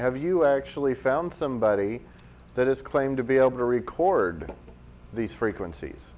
have you actually found somebody that is claimed to be able to record these frequencies